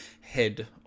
head